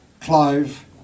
Clive